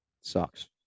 Sucks